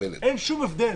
אין הבדל.